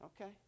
Okay